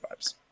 vibes